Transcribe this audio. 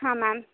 ಹಾಂ ಮ್ಯಾಮ್